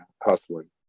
hustling